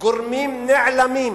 גורמים נעלמים